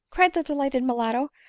cried the delighted mulatto,